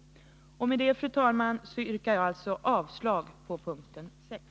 Med det, fru talman, yrkar jag alltså avslag på punkten 6.